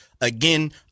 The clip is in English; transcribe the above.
Again